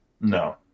No